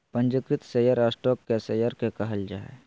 पंजीकृत share stock के share के कहल जा हइ